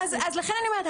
לכן אני אומרת,